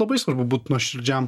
labai svarbu būt nuoširdžiam